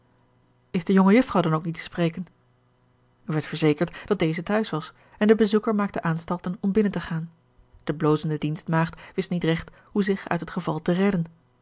is de jonge jufvrouw dan ook niet te spreken er werd verzekerd dat deze te huis was en de bezoeker maakte aanstalten om binnen te gaan de blozende dienstmaagd wist niet regt hoe zich uit het geval te redden